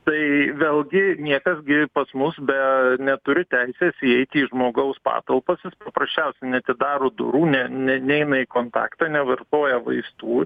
tai vėlgi niekas gi pas mus be neturi teisės įeiti į žmogaus patalpas jis paprasčiausiai neatidaro durų ne ne neina į kontaktą nevartoja vaistų